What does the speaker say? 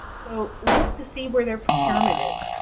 so look to see where their procurement is.